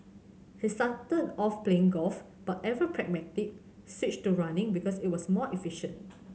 he started off playing golf but ever pragmatic switched to running because it was more efficient